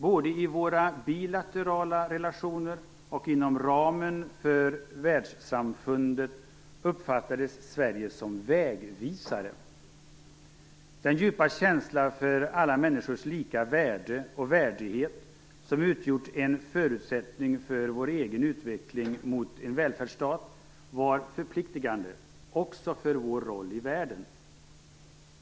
Både i våra bilaterala relationer och inom ramen för världssamfundet uppfattades Sverige som vägvisare. Den djupa känsla för alla människors lika värde och värdighet, som utgjort en förutsättning för vår egen utveckling mot en välfärdsstat var förpliktigande också för vår roll i världen.